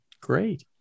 Great